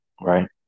right